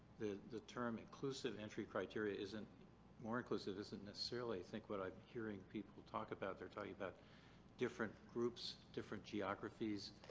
the the term inclusive entry criteria isn't more inclusive isn't necessarily i think what i'm hearing people talk about. they're talking about different groups, different geographies,